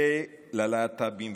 ללהט"בים,